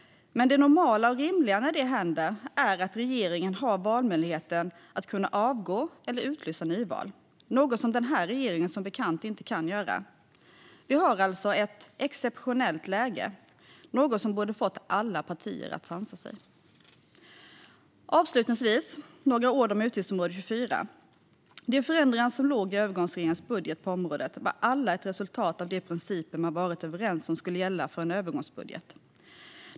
Men det normala och rimliga när det händer är att regeringen har valmöjligheten att avgå eller utlysa nyval. Det är något som denna regering som bekant inte kan göra. Vi har alltså ett exceptionellt läge, något som borde ha fått alla partier att sansa sig. Avslutningsvis ska jag säga några ord om utgiftsområde 24. De förändringar som låg i övergångsregeringens budget på området var alla ett resultat av de principer som man varit överens om skulle gälla för en övergångsbudget.